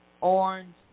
orange